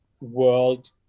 world